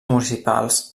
municipals